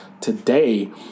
today